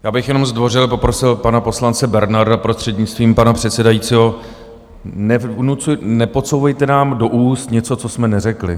Já bych jenom zdvořile poprosil pana poslance Bernarda, prostřednictvím pana předsedajícího, nepodsouvejte nám do úst něco, co jsme neřekli.